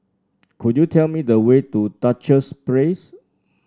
could you tell me the way to Duchess Place